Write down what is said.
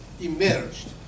emerged